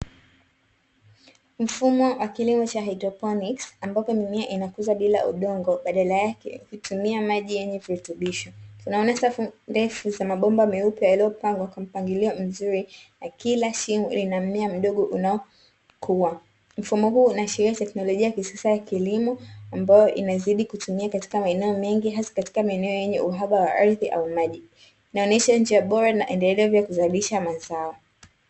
Mfumo wa kilimo cha hydroponi ambapo mimea inakuza bila udongo badala yake ukitumia maji yenye virutubisho. Tunaona safu ndefu za mabomba meupe yaliyopangwa kwa mpangilio mzuri na kila shimo lina mmea mdogo unaokua. Mfumo huu unaashiria teknolojia ya kisasa ya kilimo ambayo inazidi kutumia katika maeneo mengi hasa katika maeneo yenye uhaba wa ardhi au maji, inaonyesha njia bora na endelevu ya kuzalisha mazao.